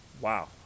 wow